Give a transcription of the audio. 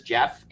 Jeff